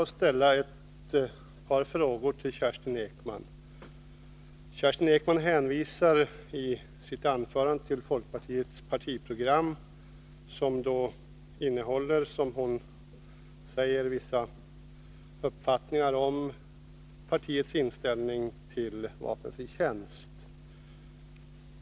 Herr talman! Kerstin Ekman hänvisar i sitt anförande till folkpartiets partiprogram, vilket innehåller, som hon säger, vissa uppfattningar om partiets inställning till vapenfri tjänst.